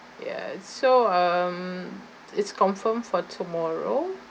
yes so um it's confirmed for tomorrow